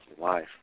life